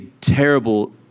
terrible